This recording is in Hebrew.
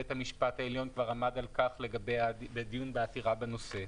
בית המשפט העליון כבר עמד על כך בדיון בעתירה בנושא.